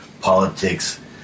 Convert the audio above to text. politics